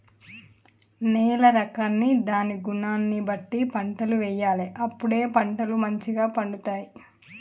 నేల రకాన్ని దాని గుణాన్ని బట్టి పంటలు వేయాలి అప్పుడే పంటలు మంచిగ పండుతాయి